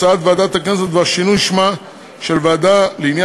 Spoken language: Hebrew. הצעת ועדת הכנסת בדבר שינוי שמה של ועדה לעניין